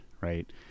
Right